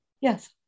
Yes